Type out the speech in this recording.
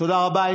תודה רבה.